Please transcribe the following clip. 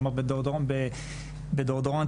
כלומר בדאודורנט